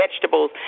vegetables